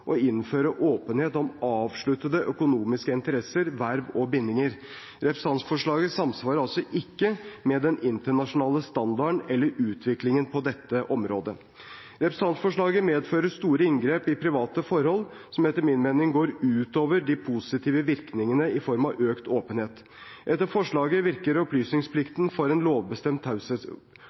å innføre åpenhet om avsluttede økonomiske interesser, verv og bindinger. Representantforslaget samsvarer altså ikke med den internasjonale standarden eller utviklingen på dette området. Representantforslaget medfører store inngrep i private forhold som etter min mening går ut over de positive virkningene i form av økt åpenhet. Etter forslaget